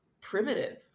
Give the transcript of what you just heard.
primitive